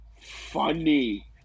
funny